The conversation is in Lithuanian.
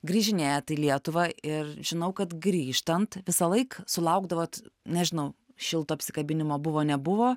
grįžinėjat į lietuvą ir žinau kad grįžtant visąlaik sulaukdavot nežinau šilto apsikabinimo buvo nebuvo